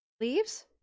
Leaves